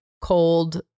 cold